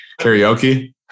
Karaoke